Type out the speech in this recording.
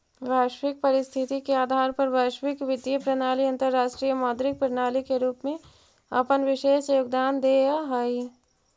वैश्विक परिस्थिति के आधार पर वैश्विक वित्तीय प्रणाली अंतरराष्ट्रीय मौद्रिक प्रणाली के रूप में अपन विशेष योगदान देऽ हई